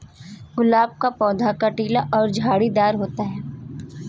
गुलाब का पौधा कटीला और झाड़ीदार होता है